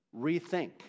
rethink